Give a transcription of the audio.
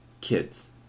kids